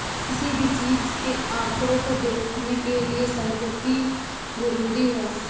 किसी भी चीज के आंकडों को देखने के लिये सांख्यिकी जरूरी हैं